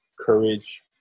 courage